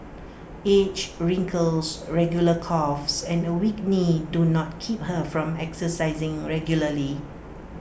age wrinkles regular coughs and A weak knee do not keep her from exercising regularly